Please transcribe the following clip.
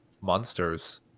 monsters